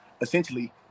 essentially